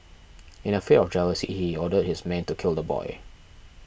in a fit of jealousy he ordered his men to kill the boy